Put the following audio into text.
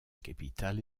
capitale